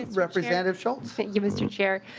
representative schultz thank you mr. chair.